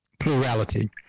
plurality